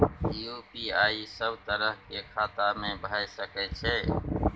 UPI सब तरह के खाता में भय सके छै?